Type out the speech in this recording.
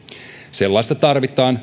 sellaista tarvitaan